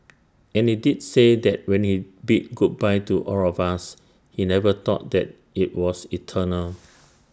and he did say that when he bid goodbye to all of us he never thought that IT was eternal